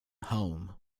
home